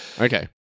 Okay